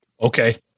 Okay